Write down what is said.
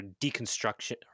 deconstruction